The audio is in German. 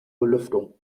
belüftung